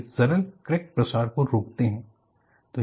वे सरल क्रैक प्रसार को रोकते हैं